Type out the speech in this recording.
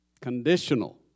Conditional